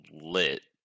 lit